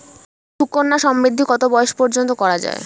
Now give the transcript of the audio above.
সুকন্যা সমৃদ্ধী কত বয়স পর্যন্ত করা যায়?